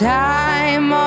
time